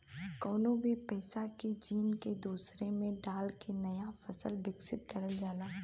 कउनो भी पौधा के जीन के दूसरे में डाल के नया फसल विकसित करल जाला